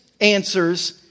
answers